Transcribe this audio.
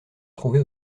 trouver